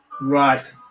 Right